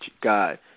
God